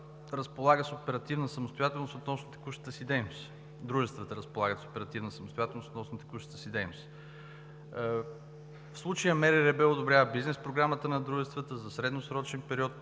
разполага с оперативна самостоятелност относно текущата си дейност. Дружествата разполагат с оперативна самостоятелност относно текущата си дейност. В случая МРРБ одобрява бизнес програмата на дружествата за средносрочен период